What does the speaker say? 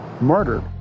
murdered